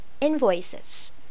Invoices